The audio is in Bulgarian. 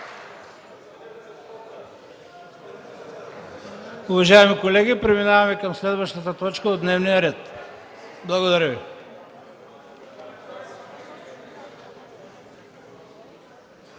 Уважаеми колеги, преминаваме към следващата точка от дневния ред. Благодаря Ви.